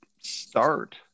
start